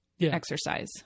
exercise